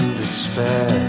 despair